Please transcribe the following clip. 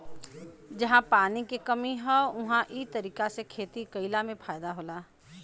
जहां पानी के कमी हौ उहां इ तरीका से खेती कइला में फायदा होला